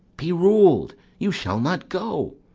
be rul'd you shall not go.